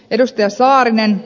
edustaja saarinen